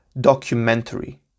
documentary